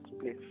place